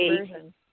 version